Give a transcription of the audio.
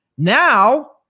Now